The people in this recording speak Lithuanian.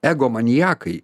ego maniakai